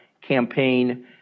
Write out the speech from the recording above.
campaign